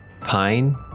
Pine